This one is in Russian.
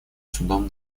судом